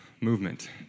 movement